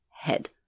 head